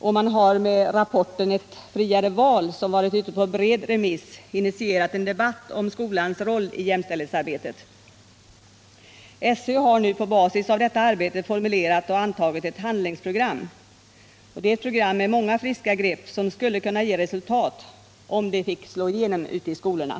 Och man har med rapporten ”Ett friare val”, som varit ute på bred remiss, initierat en debatt om skolans roll i jämställdhetsarbetet. Skolöverstyrelsen har nu på basis av detta arbete formulerat och antagit ett handlingsprogram. Det är ett program med många friska grepp som skulle kunna ge resultat — om det fick slå igenom ute i skolorna.